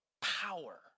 power